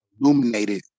illuminated